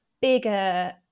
bigger